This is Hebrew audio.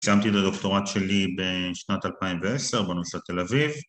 סיימתי את הדוקטורט שלי בשנת 2010 בנושא תל אביב